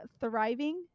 thriving